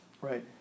Right